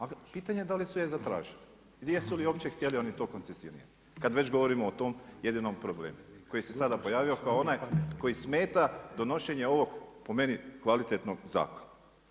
A pitanje je da li su je zatražili, jesu li je uopće htjeli oni to koncesionirati kad već govorimo o tom jedinom problemu koji se sada pojavio kao onaj koji smeta donošenje ovog po meni kvalitetnog zakona.